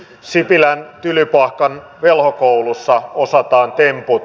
sipilän tylypahkan velhokoulussa osataan temput